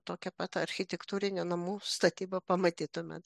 tokią pat architektūrinę namų statybą pamatytumėt